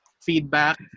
feedback